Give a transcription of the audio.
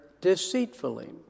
deceitfully